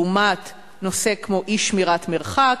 לעומת נושא כמו אי-שמירת מרחק,